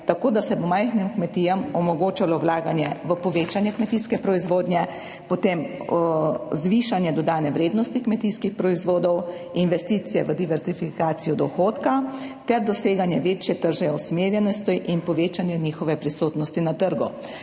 tako, da se bo majhnim kmetijam omogočalo vlaganje v povečanje kmetijske proizvodnje, potem zvišanje dodane vrednosti kmetijskih proizvodov, investicije v diverzifikacijo dohodka ter doseganje večje tržne usmerjenosti in povečanje njihove prisotnosti na trgu.